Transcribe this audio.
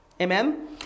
amen